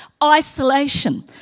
isolation